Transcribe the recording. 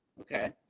Okay